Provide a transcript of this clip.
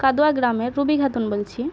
কাদোয়া গ্রামের রুবি খাতুন বলছি